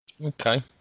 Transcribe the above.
Okay